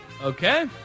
Okay